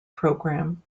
program